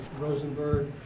Rosenberg